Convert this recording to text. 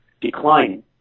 declining